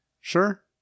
Sure